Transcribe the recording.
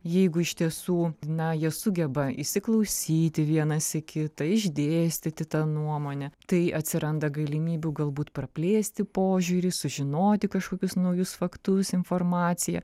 jeigu iš tiesų na jie sugeba įsiklausyti vienas į kitą išdėstyti tą nuomonę tai atsiranda galimybių galbūt praplėsti požiūrį sužinoti kažkokius naujus faktus informaciją